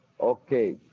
Okay